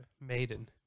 maiden